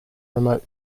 remote